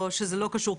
או שזה לא קשור,